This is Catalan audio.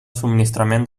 subministrament